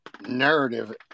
narrative